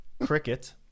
Cricket